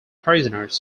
prisoners